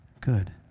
Good